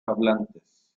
hablantes